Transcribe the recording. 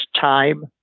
time